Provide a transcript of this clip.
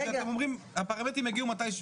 אבל אתם אומרים שהפרמטרים יגיעו מתישהו.